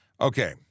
Okay